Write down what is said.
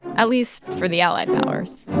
at least for the allied powers